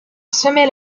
semer